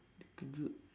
terkejut